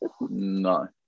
No